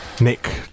Nick